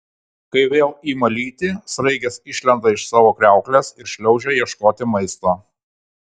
kai vėl ima lyti sraigės išlenda iš savo kriauklės ir šliaužia ieškoti maisto